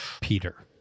Peter